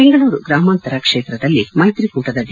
ಬೆಂಗಳೂರು ಗ್ರಮಾಂತರ ಕ್ಷೇತ್ರದಲ್ಲಿ ಮೈತ್ರಿಕೂಟದ ಡಿ